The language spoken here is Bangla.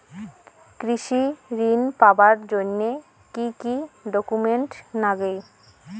কৃষি ঋণ পাবার জন্যে কি কি ডকুমেন্ট নাগে?